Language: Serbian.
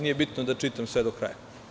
Nije bitno da čitam sve do kraja.